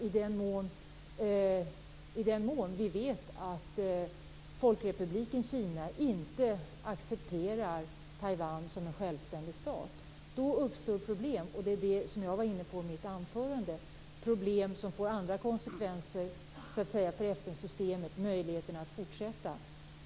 I den mån vi vet att folkrepubliken Kina inte accepterar Taiwan som en självständig stat uppstår problem. Som jag var inne på i mitt anförande är det problem som får andra konsekvenser - för FN systemet och möjligheterna att fortsätta.